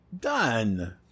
Done